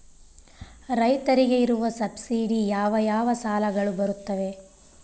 ರೈತರಿಗೆ ಇರುವ ಸಬ್ಸಿಡಿ ಯಾವ ಯಾವ ಸಾಲಗಳು ಬರುತ್ತವೆ?